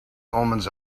omens